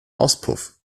auspuff